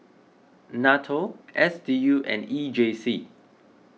Nato S D U and E J C